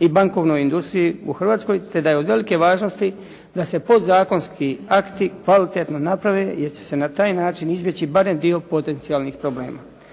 i bankovnoj industriji u Hrvatskoj te da je od velike važnosti da se podzakonski akti kvalitetno naprave jer će se na taj način izbjeći barem dio potencijalnih problema.